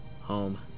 Home